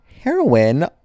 heroin